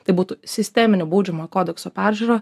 tai būtų sisteminių baudžiamojo kodekso peržiūra